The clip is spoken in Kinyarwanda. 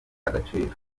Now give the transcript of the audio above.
agaciro